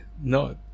No